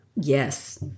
Yes